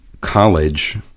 college